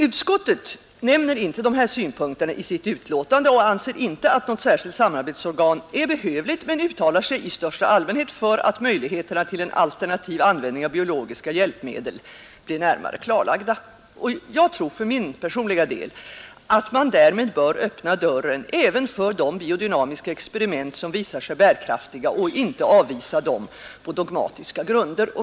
Utskottet nämner inte dessa synpunkter i sitt betänkande och anser inte att något särskilt samarbetsorgan är behövligt men uttalar sig i största allmänhet för att möjligheterna till en alternativ användning av biologiska hjälpmedel blir närmare klarlagda. För min personliga del tror jag att man därmed bör öppna dörren även för de biodynamiska experiment som visar sig bärkraftiga och inte avvisa dem på dogmatiska grunder.